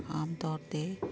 ਆਮ ਤੌਰ 'ਤੇ